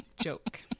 joke